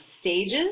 stages